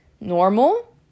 normal